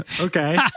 Okay